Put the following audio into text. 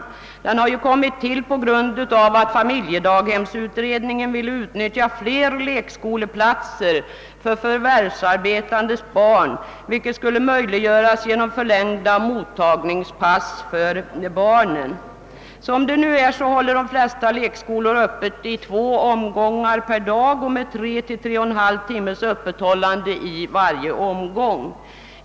Den har ju kommit till på grund av att familjedaghemsutredningen vill ut nyttja lekskoleplatser för förvävsarbetandes barn, vilket skulle möjliggöras genom förlängda mottagningspass för barnen. Som det nu är håller de flesta lekskolor öppet i två omgångar per dag med tre å tre och en halv timmes öppethållande i varje omgång.